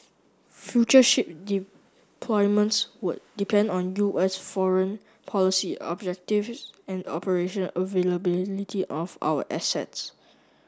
future ship deployments would depend on U S foreign policy objectives and operation availability of our assets